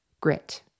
grit